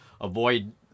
avoid